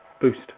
Boost